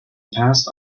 past